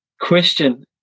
question